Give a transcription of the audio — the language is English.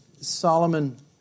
Solomon